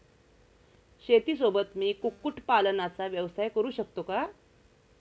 शेतीसोबत मी कुक्कुटपालनाचा व्यवसाय करु शकतो का?